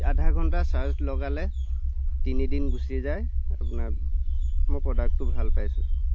আধা ঘণ্টা চাৰ্জ লগালে তিনিদিন গুছি যায় আপোনাৰ মই প্ৰডাক্টটো ভাল পাইছোঁ